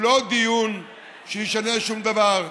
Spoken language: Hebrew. הוא דיון שלא ישנה שום דבר.